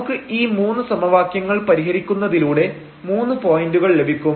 നമുക്ക് ഈ മൂന്ന് സമവാക്യങ്ങൾ പരിഹരിക്കുന്നതിലൂടെ മൂന്ന് പോയന്റുകൾ ലഭിക്കും